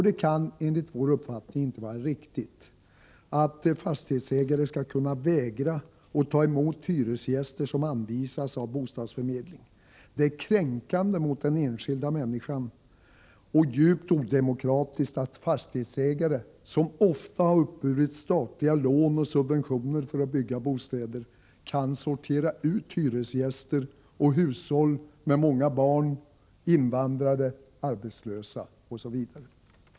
Det kan enligt vår uppfattning inte vara riktigt att fastighetsägare skall kunna vägra att ta emot hyresgäster som anvisas av bostadsförmedling. Det är kränkande mot den enskilda människan och djupt odemokratiskt att fastighetsägare, som ofta uppburit statliga lån och subventioner för att bygga bostäder, kan sortera ut hyresgäster och hushåll med många barn, invandra re, arbetslösa osv.